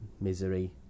misery